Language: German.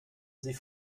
sie